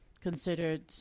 considered